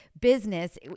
business